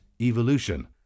evolution